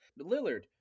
Lillard